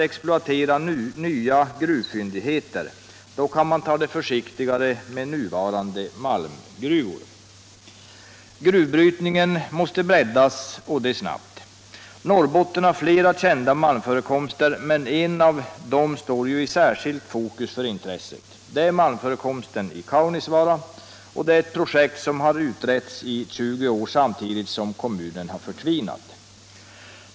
Exploatera nya gruvfyndigheter. Då kan man ta det försiktigare med nuvarande malmgruvor. Gruvbrytningen måste breddas och det snabbt. Norrbotten har flera kända malmförekomster, men en av dessa står särskilt i fokus för intresset. Det är malmförekomsten i Kaunisvaara, ett projekt som har utretts i 20 år samtidigt som kommunen har förtvinat.